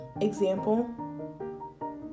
example